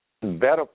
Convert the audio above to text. better